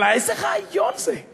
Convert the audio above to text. אבל איזה רעיון זה?